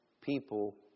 people